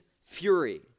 fury